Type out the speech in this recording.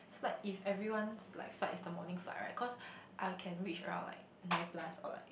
so like if everyone's like flight is the morning flight right cause I can reach around like nine plus or like